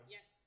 Yes